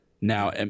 now